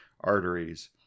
arteries